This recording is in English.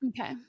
Okay